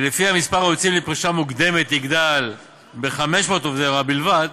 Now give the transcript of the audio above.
שלפיה מספר היוצאים לפרישה מוקדמת יגדל ב-500 עובדי הוראה בלבד,